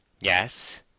yes